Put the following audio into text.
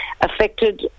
affected